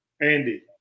Andy